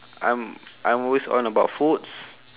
I'm I'm always on about foods